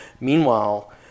Meanwhile